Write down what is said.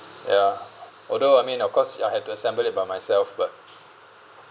ya although I mean of course ya I had to assemble it by myself but